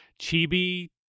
chibi